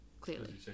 clearly